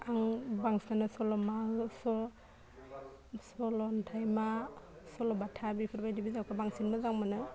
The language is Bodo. आं बांसिनानो सल'मासो सल'न्थाइमा सल'बाथा बेफोरबादि बिजाबखौ बांसिन मोजां मोनो